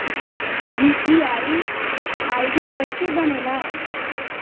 UPI ID कैसे बनेला?